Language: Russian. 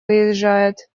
выезжает